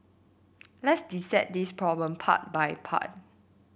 let's dissect this problem part by part